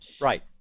Right